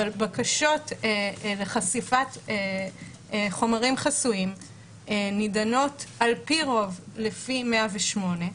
בקשות לחשיפת חומרים חסויים נידונות על פי רוב על פי 108,